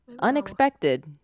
unexpected